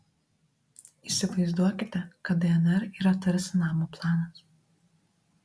įsivaizduokite kad dnr yra tarsi namo planas